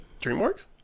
Dreamworks